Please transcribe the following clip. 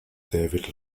david